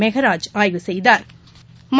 மெகராஜ் ஆய்வு செய்தாா்